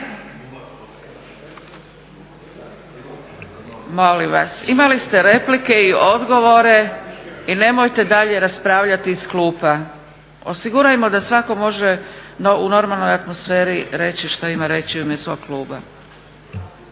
Molim vas imali ste replike i odgovore i nemojte dalje raspravljati iz klupa. Osigurajmo da svatko može u normalnoj atmosferi reći što ima reći u ime svog kluba.